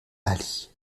ali